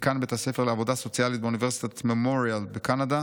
דיקן בית הספר לעבודה סוציאלית באוניברסיטת ממוריאל בקנדה